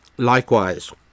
Likewise